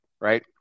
right